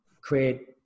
create